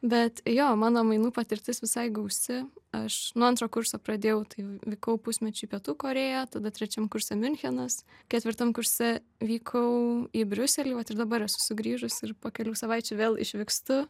bet jo mano mainų patirtis visai gausi aš nuo antro kurso pradėjau tai vykau pusmečiui į pietų korėją tada trečiam kurse miunchenas ketvirtam kurse vykau į briuselį vat dabar esu sugrįžusi ir po kelių savaičių vėl išvykstu